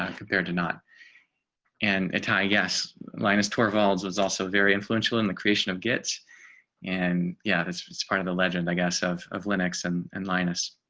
um compared to not and ah i guess linus torvalds was also very influential in the creation of gets and yeah that's part of the legend, i guess of of linux and and linus.